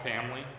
family